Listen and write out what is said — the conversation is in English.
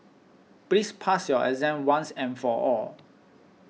please pass your exam once and for all